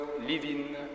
living